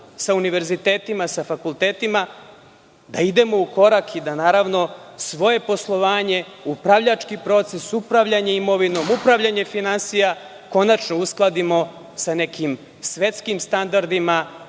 sa univerzitetima, sa fakultetima, da idemo u korak i da svoje poslovanje, upravljački proces, upravljanje imovinom, upravljanje finansijama konačno uskladimo sa nekim svetskim standardima